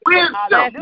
Wisdom